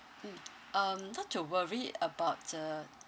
mm um not to worry about the